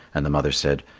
and the mother said,